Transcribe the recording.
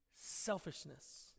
selfishness